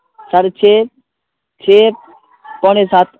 ساڑے چھ چھ پونے سات